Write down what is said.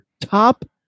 top